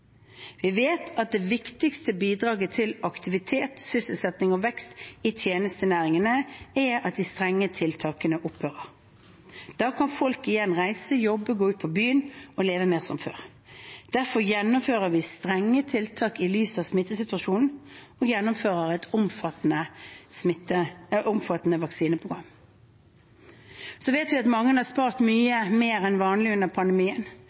Vi vet at det viktigste bidraget til aktivitet, sysselsetting og vekst i tjenestenæringene er at de strenge tiltakene opphører. Da kan folk igjen reise, jobbe, gå ut på byen og leve mer som før. Derfor gjennomfører vi strenge tiltak i lys av smittesituasjonen og gjennomfører et omfattende vaksineprogram. Vi vet at mange har spart mye mer enn vanlig under pandemien.